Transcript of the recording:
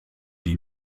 die